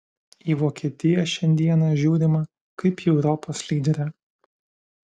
į vokietiją šiandieną žiūrima kaip į europos lyderę